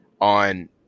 on